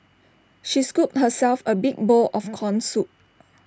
she scooped herself A big bowl of Corn Soup